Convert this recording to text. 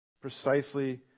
precisely